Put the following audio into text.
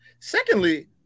Secondly